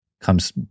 comes